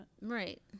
Right